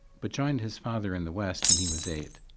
but joined his father in the west when he was eight.